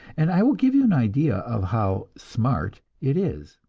and i will give you an idea of how smart it is.